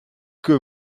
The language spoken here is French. que